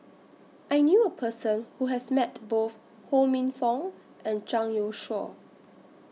I knew A Person Who has Met Both Ho Minfong and Zhang Youshuo